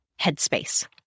headspace